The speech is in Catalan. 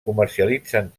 comercialitzen